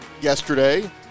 yesterday